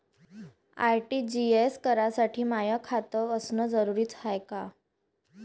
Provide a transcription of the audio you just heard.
RTGS करासाठी माय खात असनं जरुरीच हाय का?